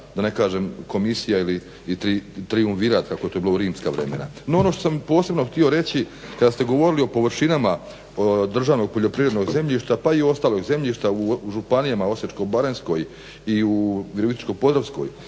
da ne kažem komisija ili triumivirat kako je to bilo u rimska vremena. No, ono što sam posebno htio reći kada ste govorili o površinama državnog poljoprivrednog zemljišta pa i ostalog zemljišta u županijama Osječko-baranjskoj i u Virovitičkoj-podravskoj,